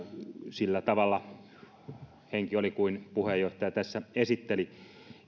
sillä tavalla henki oli sellainen kuin puheenjohtaja tässä esitteli